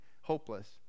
hopeless